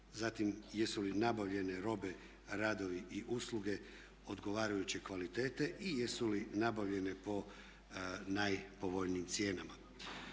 zatim jesu li nabavljene robe, radovi i usluge odgovarajuće kvalitete i jesu li nabavljene po najpovoljnijim cijenama.